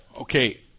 Okay